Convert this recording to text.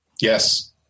Yes